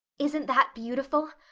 isn't that beautiful?